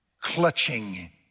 Clutching